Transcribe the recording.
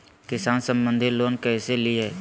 किसान संबंधित लोन कैसै लिये?